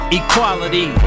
equality